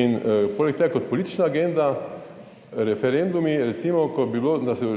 In poleg tega kot politična agenda, referendumi recimo, ko bi bilo,